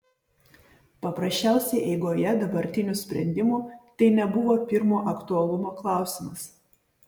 paprasčiausiai eigoje dabartinių sprendimų tai nebuvo pirmo aktualumo klausimas